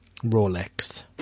Rolex